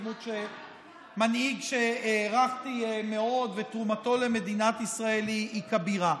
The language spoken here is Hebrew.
דמות מנהיג שהערכתי מאוד ותרומתו למדינת ישראל היא כבירה,